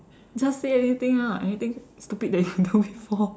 just say anything ah anything stupid that you do before